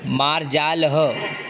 मार्जालः